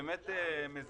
זה באמת מזעזע,